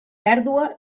pèrdua